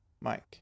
Mike